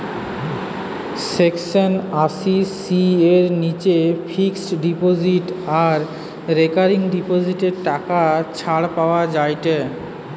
section আশি C এর নিচে ফিক্সড ডিপোজিট আর রেকারিং ডিপোজিটে টাকা ছাড় পাওয়া যায়েটে